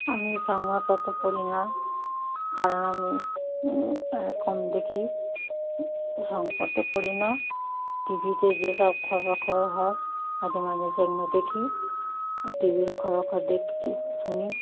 আমি সংবাদপত্র পড়ি না কারণ আমি এক কম দেখি সংবাদপত্র পড়ি না টি ভিতে যেসব খবরাখবর হয় মাঝে মাঝে সেগুলো দেখি টি ভির খবরাখবর দেখি শুনি